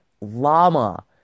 llama